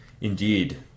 Indeed